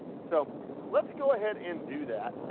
so let's go ahead and do that.